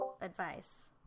advice